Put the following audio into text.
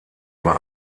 war